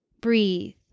breathe